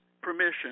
permission